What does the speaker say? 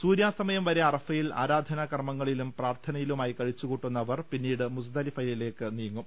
സൂര്യാസ്തമയം വരെ അറഫയിൽ ആരാധനാ കർമങ്ങളിലും പ്രാർഥനയിലുമായി കഴിച്ചുകൂട്ടുന്ന അവർ പിന്നീട് മുസ്ദലിഫയിലേക്ക് നീങ്ങും